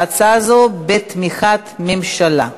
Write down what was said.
ההצעה הזאת היא בתמיכת הממשלה.